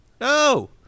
no